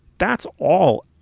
that's all.